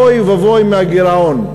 כי אוי ואבוי הגירעון,